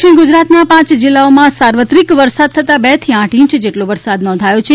દક્ષિણ ગુજરાતના પાંચ જિલ્લામાં સાર્વત્રિક વરસાદ થતા બે થી આઠ ઇંચ જેટલો વરસાદ નોંધાયો છે